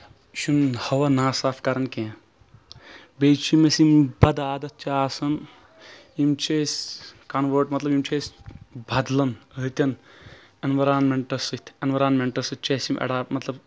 یہِ چھُ نہٕ ہوا ناصاف کران کیٚنٛہہ بیٚیہِ چھِنہٕ اَسہِ یِم بد عادت چھِ آسان یِم چھِ أسۍ کنوٲٹ مطلب یِم چھِ أسۍ بدلان ییٚتٮ۪ن ایٚنوارمیٚنٛٹس سۭتۍ اینوارمینٹس سۭتۍ چھِ أسۍ یِم مطلب